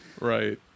Right